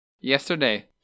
Yesterday